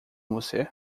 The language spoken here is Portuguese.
você